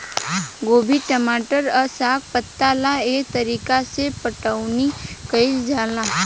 गोभी, टमाटर आ साग पात ला एह तरीका से पटाउनी कईल जाला